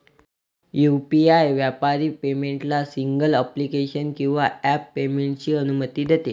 UPI व्यापारी पेमेंटला single application किंवा ॲप पेमेंटची अनुमती देते